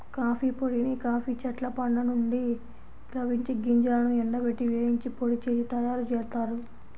coffee పొడిని coffee చెట్ల పండ్ల నుండి లభించే గింజలను ఎండబెట్టి, వేయించి పొడి చేసి తయ్యారుజేత్తారు